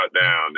down